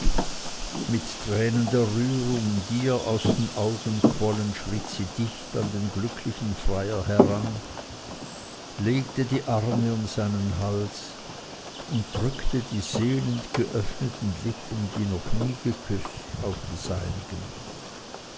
mit tränen der rührung die ihr aus den augen quollen schritt sie dicht an den glücklichen freier heran legte die arme um seinen hals und drückte die sehnend geöffneten lippen die noch nie geküßt auf die seinigen